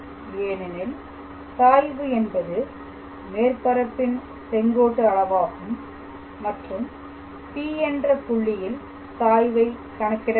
ஏனெனில் சாய்வு என்பது மேற்பரப்பின் செங்கோட்டு அளவாகும் மற்றும் P என்ற புள்ளியில் சாய்வை கணக்கிட வேண்டும்